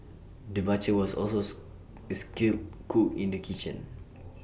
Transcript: the butcher was also is A skilled cook in the kitchen